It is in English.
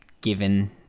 given